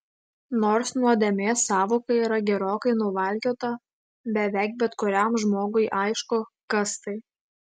nors nuodėmės sąvoka yra gerokai nuvalkiota beveik bet kuriam žmogui aišku kas tai